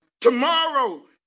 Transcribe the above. Tomorrow